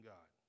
God